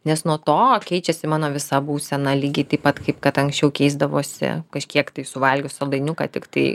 nes nuo to keičiasi mano visa būsena lygiai taip pat kaip kad anksčiau keisdavosi kažkiek tai suvalgius saldainiuką tiktai